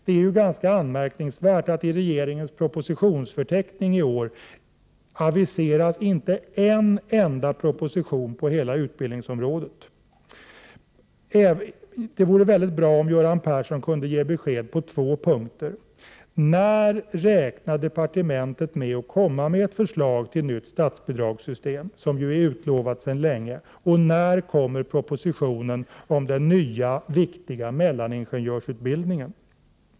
Det är ganska anmärkningsvärt att det i regeringens propositionsförteckning i år inte aviseras en enda proposition på hela utbildningsområdet. Det vore mycket bra om Göran Persson kunde ge besked på två punkter. När räknar departementet med att lägga fram det förslag till nytt statsbidragssystem som är utlovat sedan länge? Och när kommer propositionen om den nya viktiga mellaningenjörsutbildningen?